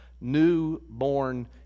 newborn